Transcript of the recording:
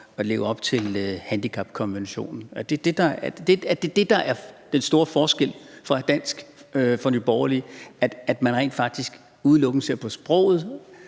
at leve op til handicapkonventionen? Er det det, der er den store forskel for Nye Borgerlige? Man ser faktisk udelukkende på sproget,